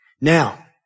Now